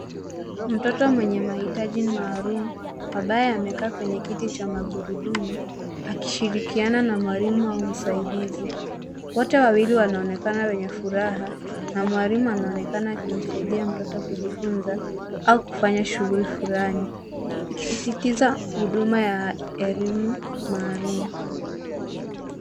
mtoto mwenye mahitaji maalum ambaye amekaa kwenye kiti cha magurudumu akishirikiana na mwalimu au msaidizi wote wawili wanaonekana wenye furahaa na mwalimu anaonekana akimsaidia mtoto kujifunza au kufanya shughuli fulani ikisisitiza huduma ya elimu maalum.